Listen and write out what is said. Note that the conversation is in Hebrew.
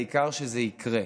העיקר שזה יקרה.